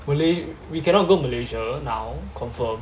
malay~ we cannot go Malaysia now confirm